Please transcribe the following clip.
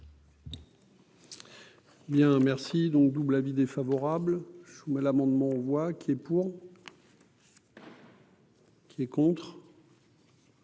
Bien, merci, donc double avis défavorable sous mais l'amendement voix qui est pour. Qui est contre.